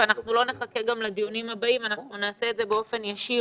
ולא נחכה לדיונים הבאים אלא נעשה זאת באופן ישיר